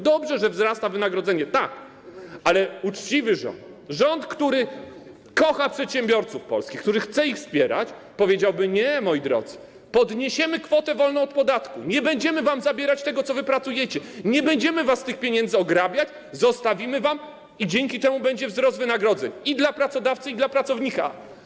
Dobrze, że wzrasta wynagrodzenie, tak, ale uczciwy rząd, rząd, który kocha przedsiębiorców polskich, który chce ich wspierać, powiedziałby: nie, moi drodzy, podniesiemy kwotę wolną od podatku, nie będziemy wam zabierać tego, co wypracujecie, nie będziemy was z tych pieniędzy ograbiać, zostawimy je wam, dzięki czemu będzie wzrost wynagrodzeń i dla pracodawcy, i dla pracownika.